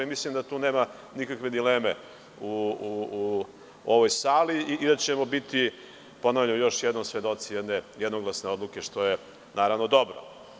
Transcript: Mislim da tu nema nikakve dileme u ovoj sali i da ćemo, ponavljam još jednom, biti svedoci jedne jednoglasne odluke što je naravno dobro.